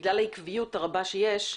בגלל העקביות הרבה שיש,